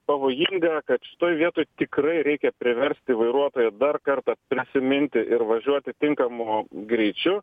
pavojinga kad šitoj vietoj tikrai reikia priversti vairuotoją dar kartą prisiminti ir važiuoti tinkamu greičiu